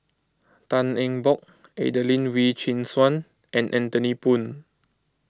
Tan Eng Bock Adelene Wee Chin Suan and Anthony Poon